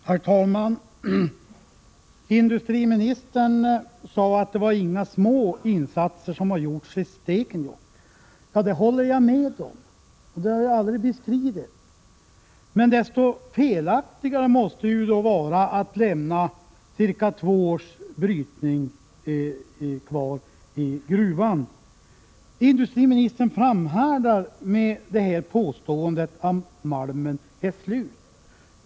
Herr talman! Industriministern sade att det inte var små insatser som har gjorts i Stekenjokk. Det håller jag med om och jag har aldrig bestridit detta. Men det måste vara desto felaktigare att lämna malm för cirka två års brytning kvar i gruvan. Industriministern framhärdar med påståendet att malmen är slut.